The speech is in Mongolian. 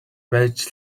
байж